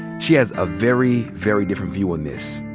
she has a very, very different view on this.